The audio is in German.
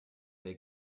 der